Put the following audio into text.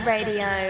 Radio